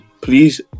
please